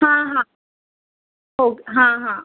हां हां ओके हां हां